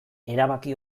erabaki